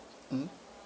mmhmm